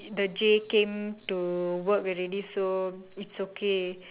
the J came to work already so it's okay